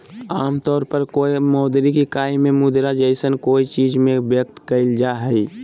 आमतौर पर कोय मौद्रिक इकाई में मुद्रा जैसन कोय चीज़ में व्यक्त कइल जा हइ